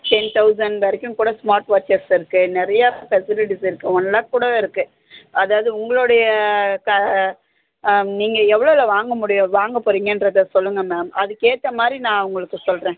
ten thousand வரைக்கும் கூட smart watches இருக்குது நிறைய ஃபெசிலிட்டிஸ் இருக்குது ஒன் லேக் கூடவே இருக்கு அதாவது உங்களுடைய க நீங்கள் எவ்வளோல வாங்க முடியும் வாங்க போகிறிங்கன்றத சொல்லுங்கள் மேம் அதுகேற்ற மாதிரி நான் உங்களுக்கு சொல்கிறேன்